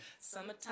Summertime